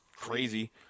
crazy